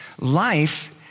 life